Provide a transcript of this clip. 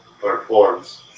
performs